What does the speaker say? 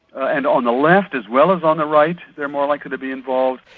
and on the left as well as on the right they're more likely to be involved.